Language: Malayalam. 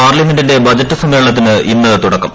പാർലമെന്റിന്റെ ബജറ്റ് സമ്മേളനത്തിന് ഇന്ന് തുടക്കം